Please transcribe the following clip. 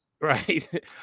Right